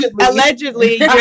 allegedly